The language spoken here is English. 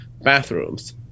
bathrooms